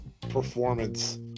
performance